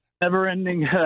never-ending